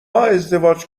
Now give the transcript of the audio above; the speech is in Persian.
ازدواج